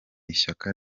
ishyaka